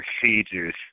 procedures